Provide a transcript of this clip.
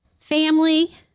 Family